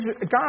God